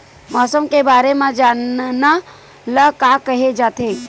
मौसम के बारे म जानना ल का कहे जाथे?